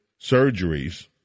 surgeries